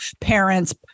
Parents